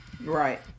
Right